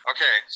Okay